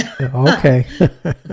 Okay